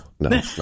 No